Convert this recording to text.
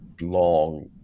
long